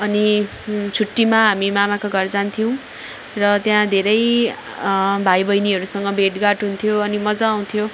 अनि छुट्टीमा हामी मामाका घर जान्थ्यौँ र त्यहाँ धेरै भाइ बहिनीहरूसँग भेटघाट हुन्थ्यो अनि मजा आउँथ्यो